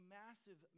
massive